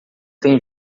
tem